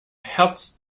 herz